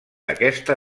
aquesta